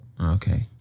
Okay